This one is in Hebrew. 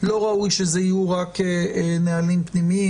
לא ראוי שאלה יהיו רק נהלים פנימיים.